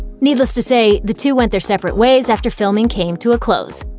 needless to say, the two went their separate ways after filming came to a close.